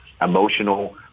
emotional